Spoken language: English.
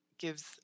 Gives